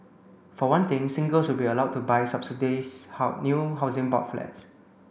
for one thing singles will be allowed to buy subsidise how new Housing Board flats